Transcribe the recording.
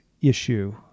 issue